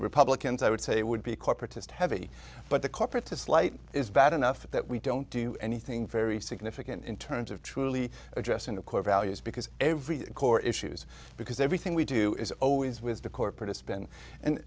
republicans i would say corporatist heavy but the corporate to slight is bad enough that we don't do anything very significant in terms of truly addressing the core values because every core issues because everything we do is always with the corporate it's been and